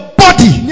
body